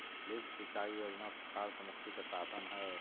lift सिंचाई योजना सुखाड़ से मुक्ति के साधन हई